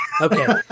okay